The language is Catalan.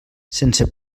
sense